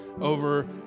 over